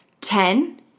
Ten